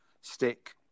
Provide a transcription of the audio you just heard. stick